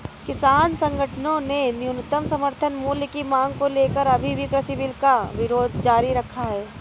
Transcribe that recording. किसान संगठनों ने न्यूनतम समर्थन मूल्य की मांग को लेकर अभी भी कृषि बिल का विरोध जारी रखा है